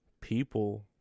people